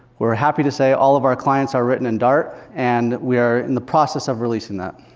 we're happy to say all of our clients are written in dart, and we're in the process of releasing that.